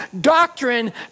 doctrine